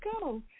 go